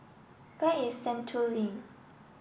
where is Sentul Link